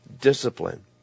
discipline